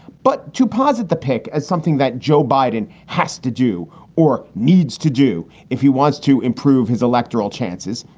but to posit the pick as something that joe biden has to do or needs to do if he wants to improve his electoral chances.